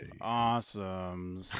awesome